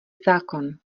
zákon